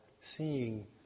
seeing